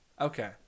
Okay